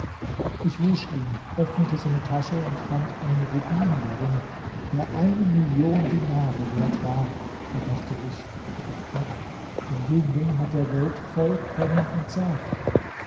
ich wusch ihn öffnete seine tasche und fand einen rubin darin der eine million dinare wert war da dachte ich bei gott der jüngling hat der welt vollkommen entsagt